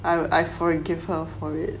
I would I forgive her for it